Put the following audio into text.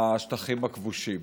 בשטחים הכבושים.